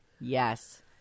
Yes